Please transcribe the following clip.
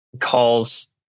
calls